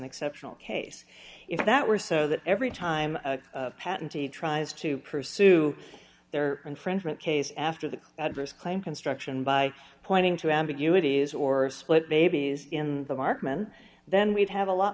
n exceptional case if that were so that every time patente tries to pursue their infringement case after the adverse claim construction by pointing to ambiguities or split babies in the mark men then we'd have a lot